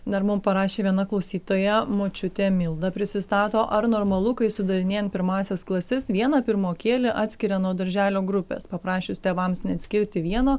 dar mum parašė viena klausytoja močiutė milda prisistato ar normalu kai sudarinėjant pirmąsias klases vieną pirmokėlį atskiria nuo darželio grupės paprašius tėvams neatskirti vieno